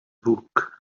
book